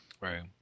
Right